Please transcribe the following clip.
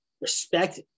respect